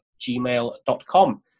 gmail.com